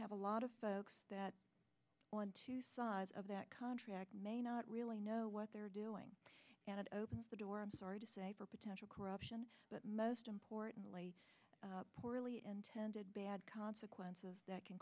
have a lot of folks that want to side of that contract may not really know what they're doing and it opens the door i'm sorry to say for potential corruption but most importantly poorly intended bad consequences that can